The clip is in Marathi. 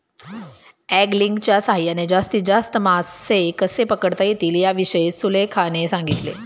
अँगलिंगच्या सहाय्याने जास्तीत जास्त मासे कसे पकडता येतील याविषयी सुलेखाने सांगितले